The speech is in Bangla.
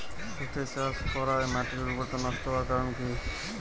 তুতে চাষ করাই মাটির উর্বরতা নষ্ট হওয়ার কারণ কি?